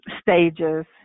stages